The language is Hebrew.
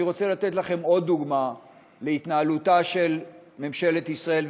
אני רוצה לתת לכם עוד דוגמה להתנהלות של ממשלת ישראל,